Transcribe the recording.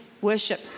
worship